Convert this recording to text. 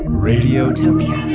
radiotopia